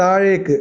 താഴേക്ക്